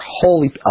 holy